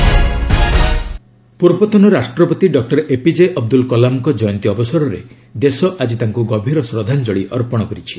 Kalam tribute ପୂର୍ବତନ ରାଷ୍ଟ୍ରପତି doctor APJ Abdul କଲାମଙ୍କ ଜୟନ୍ତୀ ଅବସରରେ ଦେଶ ଆଜି ତାଙ୍କୁ ଗଭୀର ଶ୍ରଦ୍ଧାଞ୍ଚଳୀ ଅର୍ପଣ କରିଛି